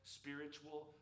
spiritual